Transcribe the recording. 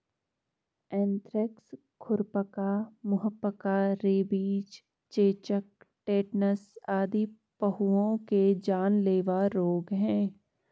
anthrax, खुरपका, मुहपका, rabies, चेचक, टेटनस आदि पहुओं के जानलेवा रोग हैं